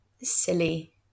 silly